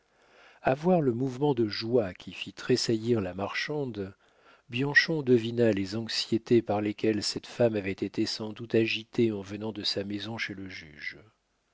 a voir le mouvement de joie qui fit tressaillir la marchande bianchon devina les anxiétés par lesquelles cette femme avait été sans doute agitée en venant de sa maison chez le juge